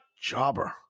Jobber